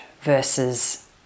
versus